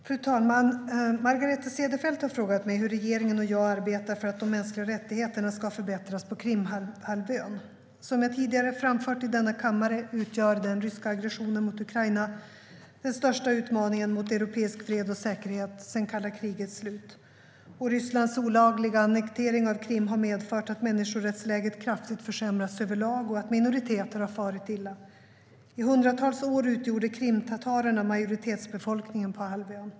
Fru talman! Margareta Cederfelt har frågat mig hur regeringen och jag arbetar för att de mänskliga rättigheterna ska förbättras på Krimhalvön. Som jag tidigare framfört i denna kammare utgör den ryska aggressionen mot Ukraina den största utmaningen mot europeisk fred och säkerhet sedan kalla krigets slut. Rysslands olagliga annektering av Krim har medfört att människorättsläget kraftigt försämrats överlag och att minoriteter har farit illa. I hundratals år utgjorde krimtatarerna majoritetsbefolkningen på halvön.